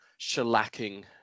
shellacking